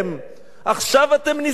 עכשיו אתם נזכרים?